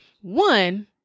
One